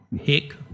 hick